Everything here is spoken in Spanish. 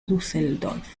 düsseldorf